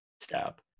step